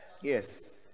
yes